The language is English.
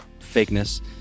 fakeness